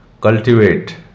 cultivate